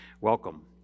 Welcome